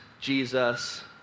Jesus